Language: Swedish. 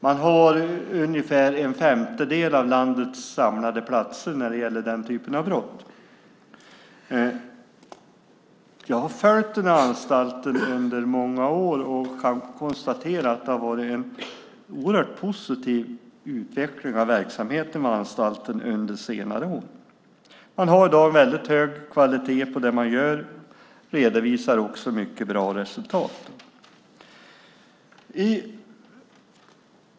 Man har ungefär en femtedel av landets samlade platser när det gäller den typen av brott. Jag har följt verksamheten i anstalten under många år och kan konstatera att det har varit en oerhört positiv utveckling av verksamheten på anstalten under senare år. Man har i dag en väldigt hög kvalitet på det man gör. Man redovisar också mycket bra resultat.